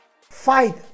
Fight